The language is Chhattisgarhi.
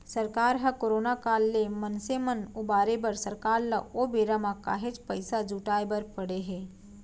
सरकार ह करोना काल ले मनसे मन उबारे बर सरकार ल ओ बेरा म काहेच पइसा जुटाय बर पड़े हे